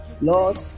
Lord